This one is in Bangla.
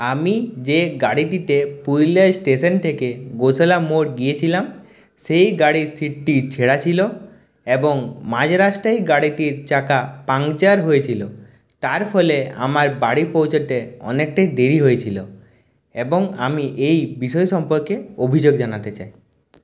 আমি যে গাড়িটিতে পুরুলিয়া স্টেশন থেকে গোসালা মোড় গিয়েছিলাম সেই গাড়ির সিটটি ছেঁড়া ছিলো এবং মাঝরাস্তায় গাড়িটির চাকা পাংচার হয়েছিল তার ফলে আমার বাড়ি পৌঁছোতে অনেকটাই দেরি হয়েছিলো এবং আমি এই বিষয় সম্পর্কে অভিযোগ জানাতে চাই